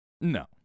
No